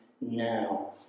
now